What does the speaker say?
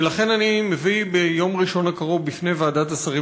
ולכן אני מביא ביום ראשון הקרוב בפני ועדת השרים